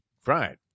Fried